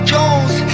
Jones